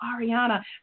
Ariana